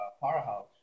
powerhouse